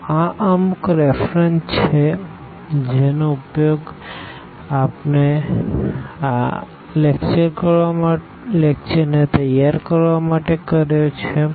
તો આ અમુક રેફરન્સ છે જેનો ઉપયોગ આપણે આ લેકચર તૈયાર કરવા માટે કર્યો છે